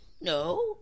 No